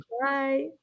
bye